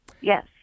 Yes